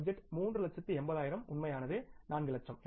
budget 3 லச்சத்து 80 ஆயிரம் உண்மையானது 4 லட்சம்